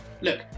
Look